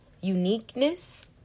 uniqueness